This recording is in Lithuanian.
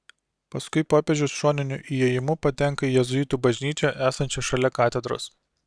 paskui popiežius šoniniu įėjimu patenka į jėzuitų bažnyčią esančią šalia katedros